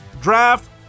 draft